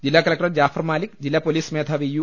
ജില്ലാ കലക്ടർ ജാഫർ മലിക് ജില്ലാ പൊലീസ് മേധാവി യു